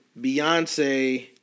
Beyonce